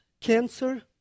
cancer